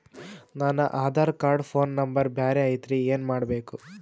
ನನ Aadhaar card phone number ಬ್ಯಾರೆ ಐತ್ರಿ ಏನ ಮಾಡಬೇಕು?